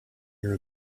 your